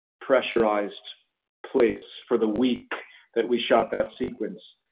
pressurized place for the week that we shot that sequence,